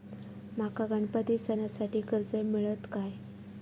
माका गणपती सणासाठी कर्ज मिळत काय?